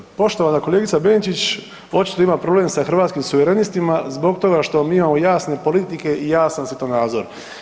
Poštovana kolegica Benčić očito ima problem sa Hrvatskim suverenistima zbog toga što mi imamo jasne politike i jasan svjetonazor.